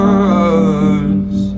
words